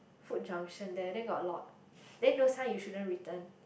food junction there then got a lot then those kind you shouldn't return